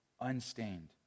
unstained